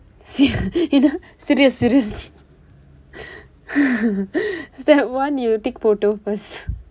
என்ன:enna serious serious step one you take photo first